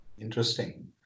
interesting